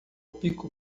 pico